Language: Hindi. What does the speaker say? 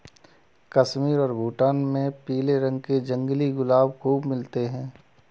कश्मीर और भूटान में पीले रंग के जंगली गुलाब खूब मिलते हैं